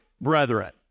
brethren